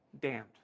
damned